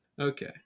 Okay